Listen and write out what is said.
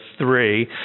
three